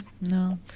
no